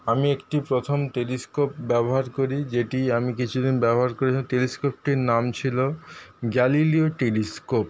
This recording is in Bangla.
আমি একটি প্রথম টেলিস্কোপ ব্যবহার করি যেটি আমি কিছুদিন ব্যবহার করেছিলাম টেলিস্কোপটির নাম ছিল গ্যালিলিও টেলিস্কোপ